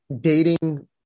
dating